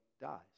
dies